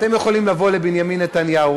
אתם יכולים לבוא לבנימין נתניהו,